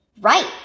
Right